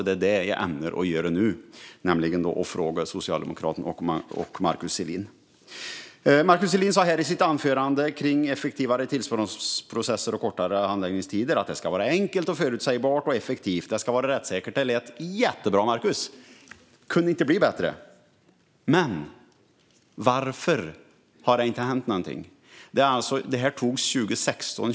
Det är det jag ämnar göra nu genom att fråga socialdemokraten Markus Selin. I sitt anförande sa Markus Selin om effektivare tillståndsprocesser och kortare handläggningstider att det ska vara enkelt, förutsägbart och effektivt och att det ska vara rättssäkert. Det lät jättebra, Markus! Det kunde inte bli bättre. Men varför har det inte hänt någonting? Det här antogs alltså 2016/17.